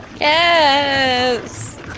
Yes